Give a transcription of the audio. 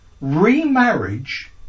Remarriage